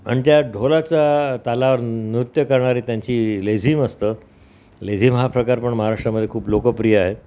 आणि त्या ढोलाच्या तालावर नृत्य करणारी त्यांची लेझीम असतं लेझीम हा प्रकार पण महाराष्ट्रामध्ये खूप लोकप्रिय आहे